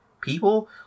people